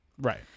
Right